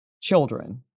children